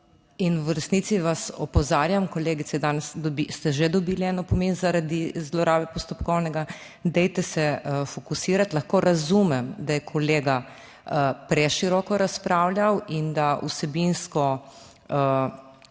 in v resnici vas opozarjam, kolegica, danes ste že dobili en opomin zaradi zlorabe postopkovnega, dajte se fokusirati. Lahko razumem, da je kolega preširoko razpravljal in da vsebinsko